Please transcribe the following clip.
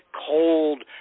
cold